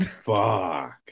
Fuck